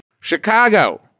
Chicago